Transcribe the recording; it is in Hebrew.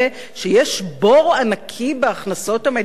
שיש בור ענקי בהכנסות המדינה?